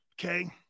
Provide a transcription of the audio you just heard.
Okay